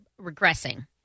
regressing